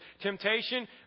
Temptation